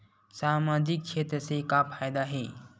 सामजिक क्षेत्र से का फ़ायदा हे?